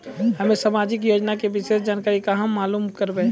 हम्मे समाजिक योजना के विशेष जानकारी कहाँ मालूम करबै?